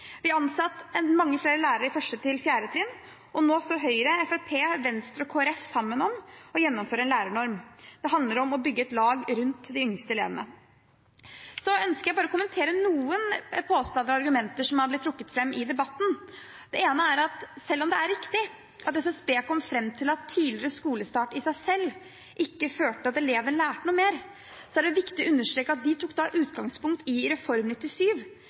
Vi har ansatt mange flere lærere på 1.–4. trinn, og Høyre, Fremskrittspartiet, Venstre og Kristelig Folkeparti står nå sammen om å gjennomføre en lærernorm. Det handler om å bygge et lag rundt de yngste elevene. Jeg ønsker å kommentere bare noen påstander og argumenter som er blitt trukket fram i debatten. Det ene er at selv om det er riktig at SSB kom fram til at tidligere skolestart i seg selv ikke førte til at eleven lærte mer, er det viktig å understreke at de tok utgangspunkt i Reform 97,